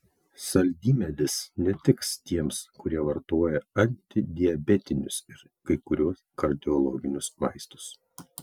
saldymedis netiks tiems kurie vartoja antidiabetinius ir kai kuriuos kardiologinius vaistus